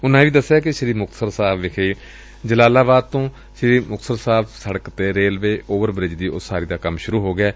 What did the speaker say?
ਉਨੂਾ ਇਹ ਵੀ ਦਸਿਆ ਕਿ ਸ੍ਰੀ ਮੁਕਤਸਰ ਸਾਹਿਬ ਵਿਖੇ ਜਲਾਲਾਬਾਦ ਤੋਂ ਸ੍ਰੀ ਮੁਕਤਸਰ ਸਾਹਿਬ ਸੜਕ ਤੇ ਰੇਲੱਵੇ ਓਵਰ ਬਰਿਜ ਦੀ ਉਸਾਰੀ ਦਾ ਕੰਮ ਸੁਰੂ ਹੋ ਗਿਐ